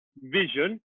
vision